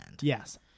Yes